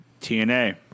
TNA